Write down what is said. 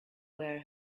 where